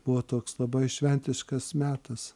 buvo toks labai šventiškas metas